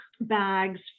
bags